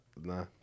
nah